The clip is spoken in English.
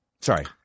Sorry